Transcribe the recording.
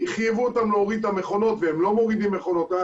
חייבו אותם להוריד את המכונות והם לא מורידים מכונות.